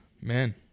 man